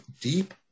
deep